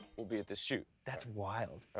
we'll be at the shoot. that's wild.